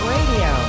Radio